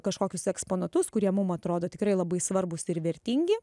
kažkokius eksponatus kurie mum atrodo tikrai labai svarbūs ir vertingi